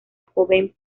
joven